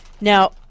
Now